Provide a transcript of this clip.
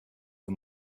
for